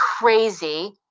crazy